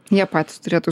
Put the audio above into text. jie patys turėtų